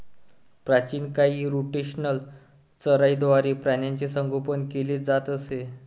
प्राचीन काळी रोटेशनल चराईद्वारे प्राण्यांचे संगोपन केले जात असे